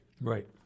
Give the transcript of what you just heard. right